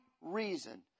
reason